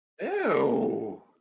Ew